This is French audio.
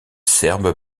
serbe